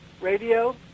Radio